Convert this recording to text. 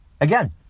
again